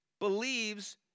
believes